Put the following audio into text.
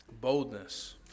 Boldness